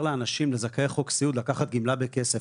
לאנשים זכאי חוק סיעוד לקחת גמלה בכסף,